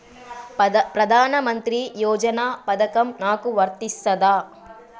ప్రధానమంత్రి యోజన పథకం నాకు వర్తిస్తదా?